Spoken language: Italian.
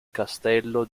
castello